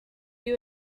you